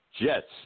Jets